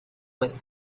was